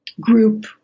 group